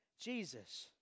Jesus